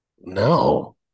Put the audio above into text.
No